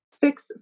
fix